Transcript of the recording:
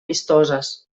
vistoses